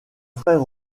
frère